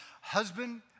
husband